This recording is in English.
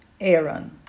Aaron